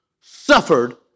suffered